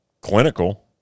clinical